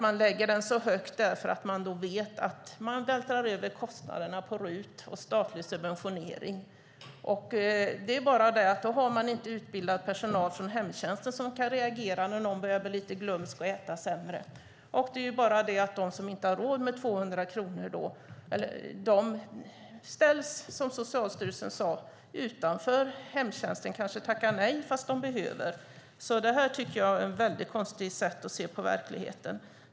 Man lägger den högt eftersom man vet att man då vältrar över kostnaderna på RUT och statlig subventionering. Då har man inte utbildad personal från hemtjänsten som kan reagera när någon börjar bli lite glömsk och äta sämre. De som inte har råd med 200 kronor ställs som Socialstyrelsen sade utanför hemtjänsten och tackar kanske nej fastän de behöver den. Det är ett väldigt konstigt sätt att se på verkligheten.